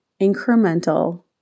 incremental